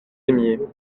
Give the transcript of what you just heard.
aimiez